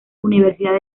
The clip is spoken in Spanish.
universidad